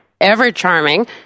ever-charming